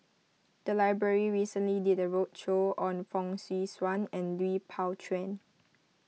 the library recently did a roadshow on Fong Swee Suan and Lui Pao Chuen